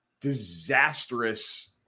disastrous